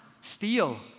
steal